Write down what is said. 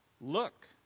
look